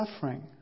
suffering